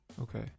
Okay